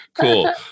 cool